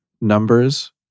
numbers